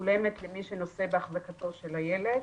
משולמת למי שנושא בהחזקתו של הילד,